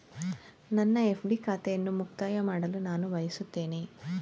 ನನ್ನ ಎಫ್.ಡಿ ಖಾತೆಯನ್ನು ಮುಕ್ತಾಯ ಮಾಡಲು ನಾನು ಬಯಸುತ್ತೇನೆ